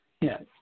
Yes